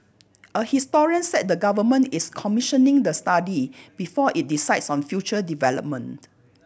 a historian said the Government is commissioning the study before it decides on future development